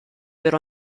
per